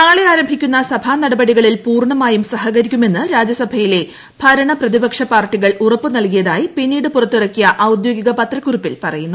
നാളെ ആരംഭിക്കുന്ന സഭ നടപടികളിൽ പൂർണമായും സഹകരിക്കുമെന്ന് രാജ്യസഭയിലെ ഭരണ പ്രതിപക്ഷ പാർട്ടികൾ ഉറപ്പു നൽകിയതായി പിന്നീട് പുറത്തിറക്കിയ ഔദ്യോഗിക പത്രക്കുറിപ്പിൽ പറയുന്നു